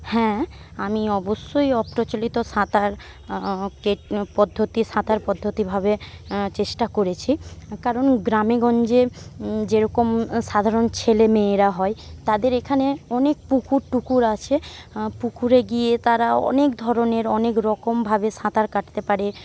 হ্যাঁ আমি অবশ্যই অপ্রচলিত সাঁতার পদ্ধতি সাঁতার পদ্ধতিভাবে চেষ্টা করেছি কারণ গ্রামে গঞ্জে যেরকম সাধারণ ছেলে মেয়েরা হয় তাদের এখানে অনেক পুকুর টুকুর আছে পুকুরে গিয়ে তারা অনেক ধরনের অনেক রকম ভাবে সাঁতার কাটতে পারে